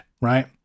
right